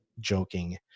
joking